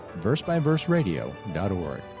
versebyverseradio.org